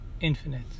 infinite